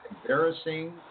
embarrassing